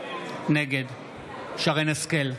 נגד שרן מרים השכל,